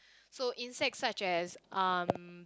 so insects such as um